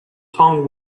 tongue